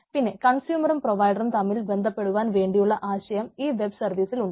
പിന്നെ കൺസ്യൂമറും പ്രൊവയ്ടറും തമ്മിൽ ബന്ധപെടുവാൻ വേണ്ടിയുള്ള ആശയം ഈ വെബ് സർവീസിൽ ഉണ്ട്